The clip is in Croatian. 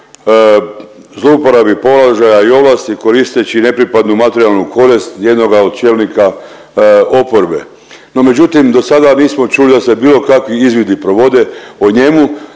zlouporabi položaja i ovlasti koristeći nepripadnu materijalnu korist jednoga od čelnika oporbe, no međutim do sada nismo čuli da se bilo kakvi izvidi provode o njemu,